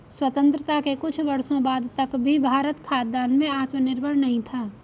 स्वतंत्रता के कुछ वर्षों बाद तक भी भारत खाद्यान्न में आत्मनिर्भर नहीं था